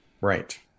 right